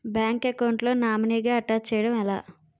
Bank account లో నామినీగా attach చేయడం ఎలా?